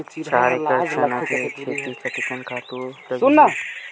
चार एकड़ चना के खेती कतेकन खातु लगही?